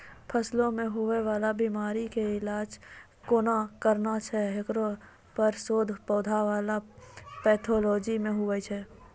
फसलो मे हुवै वाला बीमारी के इलाज कोना करना छै हेकरो पर शोध पौधा बला पैथोलॉजी मे हुवे छै